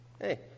Hey